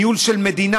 ניהול של מדינה,